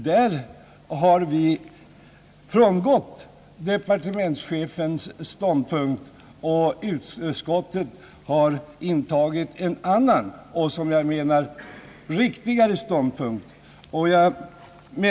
Där har vi frångått departementschefens ståndpunkt, och utskottet har intagit en annan och enligt min mening riktigare ståndpunkt.